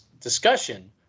discussion